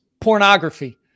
pornography